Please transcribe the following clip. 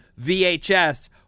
VHS